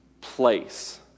place